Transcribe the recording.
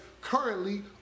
currently